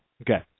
Okay